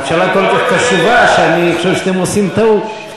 הממשלה כל כך קשובה שאני חושב שאתם עושים טעות.